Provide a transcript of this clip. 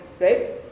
right